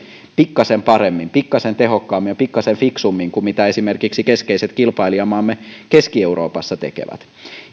pikkasen paremmin pikkasen tehokkaammin ja pikkasen fiksummin kuin esimerkiksi keskeiset kilpailijamaamme keski euroopassa tekevät